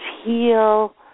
heal